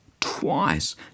twice